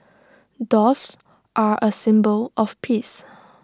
doves are A symbol of peace